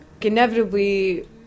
inevitably